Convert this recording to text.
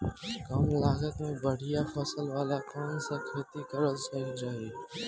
कमलागत मे बढ़िया फसल वाला कौन सा खेती करल सही रही?